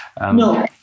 no